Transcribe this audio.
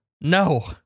No